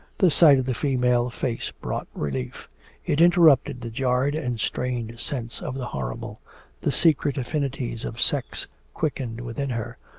the sight of the female face brought relief it interrupted the jarred and strained sense of the horrible the secret affinities of sex quickened within her.